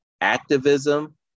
activism